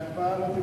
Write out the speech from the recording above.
שההקפאה לא תימשך.